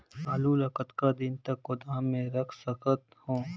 आलू ल कतका दिन तक गोदाम मे रख सकथ हों?